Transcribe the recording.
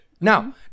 Now